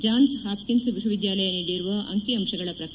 John's Hopkins ವಿಶ್ವವಿದ್ಯಾಲಯ ನೀದಿರುವ ಅಂಕಿಅಂಶಗಳ ಪ್ರಕಾರ